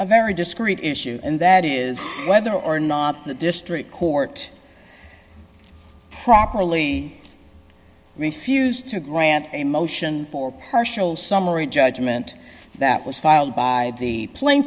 a very discrete issue and that is whether or not the district court properly refused to grant a motion for partial summary judgment that was filed by the pla